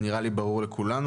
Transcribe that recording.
זה נראה לי ברור לכולנו.